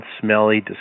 smelly